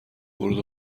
ورود